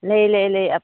ꯂꯩ ꯂꯩ ꯂꯩ